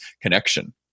connection